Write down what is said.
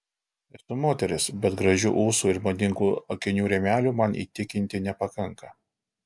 esu moteris bet gražių ūsų ir madingų akinių rėmelių man įtikinti nepakanka